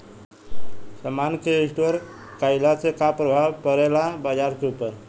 समान के स्टोर काइला से का प्रभाव परे ला बाजार के ऊपर?